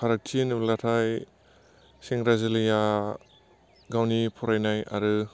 फारागथि होनोब्लाथाय सेंग्रा जोलैया गावनि फरायनाय आरो